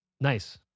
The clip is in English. Nice